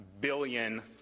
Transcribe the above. billion